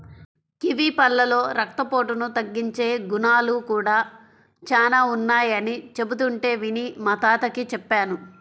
kiwi పళ్ళలో రక్తపోటును తగ్గించే గుణాలు కూడా చానా ఉన్నయ్యని చెబుతుంటే విని మా తాతకి చెప్పాను